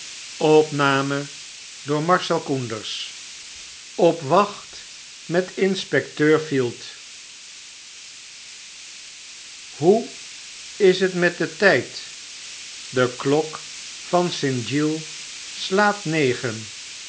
op wacht met inspecteue field hoe is het met den tijd de klok van st giles slaat negen